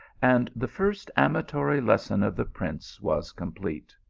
and the first amatory lesson of the prince was complete.